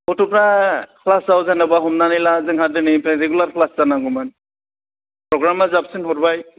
गथ'फ्रा क्लासआव जेन'बा हमनानै ला जोंहा दिनैनिफ्राय रेगुलार क्लास जानांगौमोन प्रग्रामा जाबसिनहरबाय